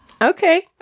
Okay